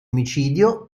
omicidio